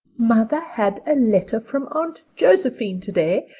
mother had a letter from aunt josephine today,